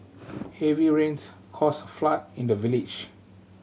heavy rains caused a flood in the village